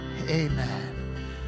Amen